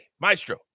Maestro